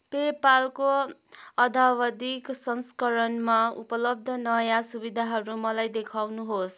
pay पालको अद्यावधिक संस्करणमा उपलब्ध नयाँ सुविधाहरू मलाई देखाउनुहोस्